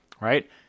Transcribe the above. right